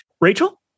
Rachel